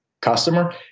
customer